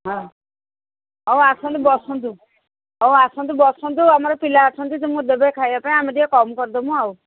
ହଁ ହଉ ଆସନ୍ତୁ ବସନ୍ତୁ ହଉ ଆସନ୍ତୁ ବସନ୍ତୁ ଆମର ପିଲା ଅଛନ୍ତି ତୁମକୁ ଦେବେ ଖାଇବା ପାଇଁ ଆମେ ଟିକେ କମ୍ କରିଦେବୁ ଆଉ